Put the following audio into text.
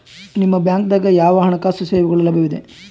ನಿಮ ಬ್ಯಾಂಕ ದಾಗ ಯಾವ ಹಣಕಾಸು ಸೇವೆಗಳು ಲಭ್ಯವಿದೆ?